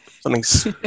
Something's